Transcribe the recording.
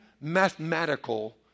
mathematical